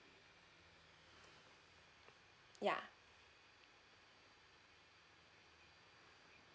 ya